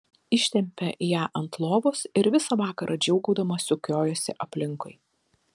ištempė ją ant lovos ir visą vakarą džiūgaudama sukiojosi aplinkui